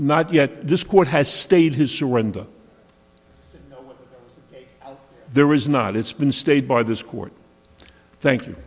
not yet this court has stated his surrender there is not it's been stayed by this court thank you